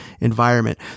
environment